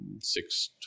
six